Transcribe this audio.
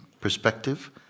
perspective